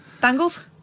Bangles